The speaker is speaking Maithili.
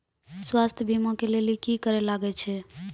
स्वास्थ्य बीमा के लेली की करे लागे छै?